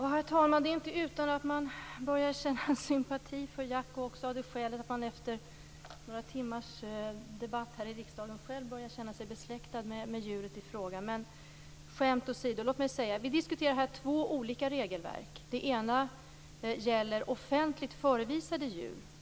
Herr talman! Det är inte utan att jag börjar känna sympati för Jacko av det skälet att jag efter några timmars debatt här i riksdagen själv börjar känna mig besläktad med djuret i fråga. Skämt åsido. Vi diskuterar här två olika regelverk. Det ena gäller offentligt förevisade djur.